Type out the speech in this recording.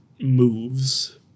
moves